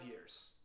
years